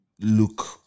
look